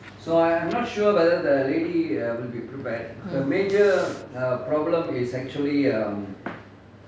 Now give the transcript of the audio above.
mm